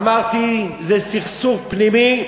אמרתי: זה סכסוך פנימי,